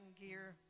gear